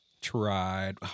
tried